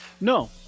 No